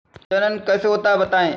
जनन कैसे होता है बताएँ?